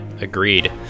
Agreed